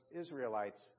Israelites